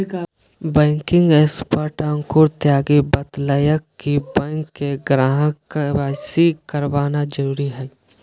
banking expert Ankur Tyagi बतयलकय कि bank के ग्राहक के.वाई.सी करवाना जरुरी हइ